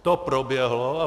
To proběhlo.